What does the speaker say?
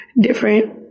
different